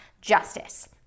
justice